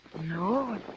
No